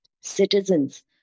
citizens